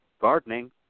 gardening